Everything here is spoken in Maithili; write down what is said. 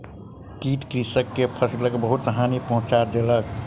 कीट कृषक के फसिलक बहुत हानि पहुँचा देलक